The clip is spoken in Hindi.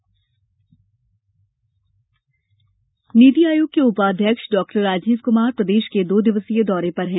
आयोग दौरा नीति आयोग के उपाध्यक्ष डॉक्टर राजीव क्मार प्रदेश के दो दिवसीय दौरे पर हैं